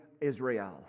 Israel